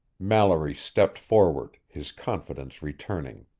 mallory stepped forward, his confidence returning.